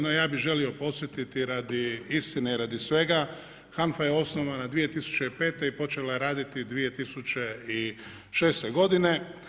No ja bi želio podsjetiti radi istine i radi svega, HANFA je osnovana 2005. i počela je raditi 2006. godine.